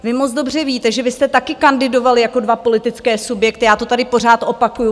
Vy moc dobře víte, že vy jste taky kandidovali jako dva politické subjekty, já to tady pořád opakuju.